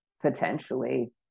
potentially